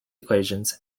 equations